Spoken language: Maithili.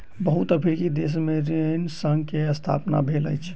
बहुत अफ्रीकी देश में ऋण संघ के स्थापना भेल अछि